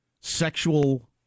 sexual